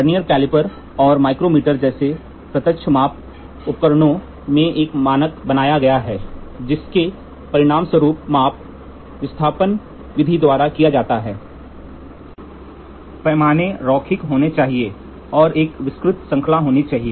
vernier calliper और micrometer जैसे प्रत्यक्ष माप उपकरणों में एक मानक बनाया गया है जिसके परिणामस्वरूप माप विस्थापन विधि द्वारा किया जाता है पैमाने रैखिक होना चाहिए और एक विस्तृत श्रृंखला होनी चाहिए